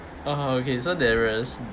(uh huh) okay so there is